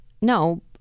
no